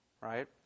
right